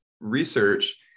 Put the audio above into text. research